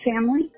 family